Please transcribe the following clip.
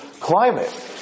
climate